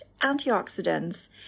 antioxidants